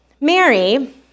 Mary